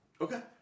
Okay